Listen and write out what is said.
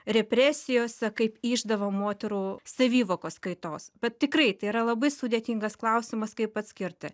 represijose kaip išdava moterų savivokos kaitos bet tikrai tai yra labai sudėtingas klausimas kaip atskirti